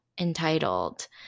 entitled